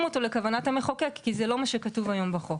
אותו לכוונת המחוקק כי זה לא מה שכתוב היום בחוק.